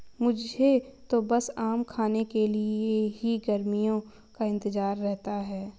मुझे तो बस आम खाने के लिए ही गर्मियों का इंतजार रहता है